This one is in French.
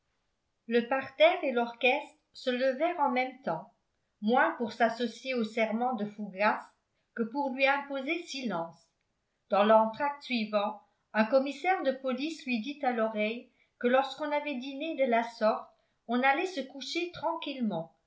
le parterre et l'orchestre se levèrent en même temps moins pour s'associer au serment de fougas que pour lui imposer silence dans l'entracte suivant un commissaire de police lui dit à l'oreille que lorsqu'on avait dîné de la sorte on allait se coucher tranquillement